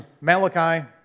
Malachi